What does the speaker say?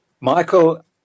Michael